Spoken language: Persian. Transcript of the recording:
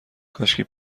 کاشکی